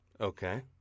Okay